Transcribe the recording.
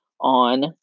on